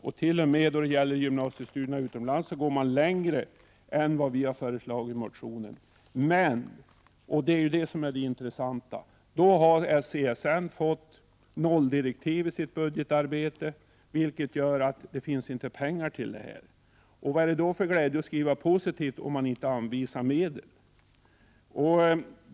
När det gäller gymnasiestudier utomlands går man t.o.m. längre än vad vi har föreslagit i motionen. Det intressanta är dock att CSN har fått nolldirektiv i sitt budgetarbete, vilket gör att det inte finns pengar för detta ändamål. Vad är det för glädje med att skriva positivt om man inte anvisar medel?